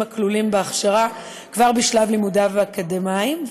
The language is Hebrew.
הכלולים בהכשרה כבר בשלב לימודיו האקדמיים,